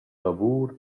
lavur